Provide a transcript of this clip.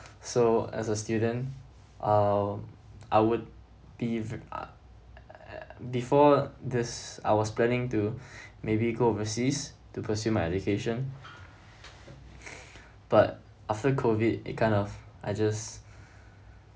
so as a student uh I would be~ uh~ before this I was planning to maybe go overseas to pursue my education but after COVID it kind of I just